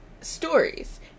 stories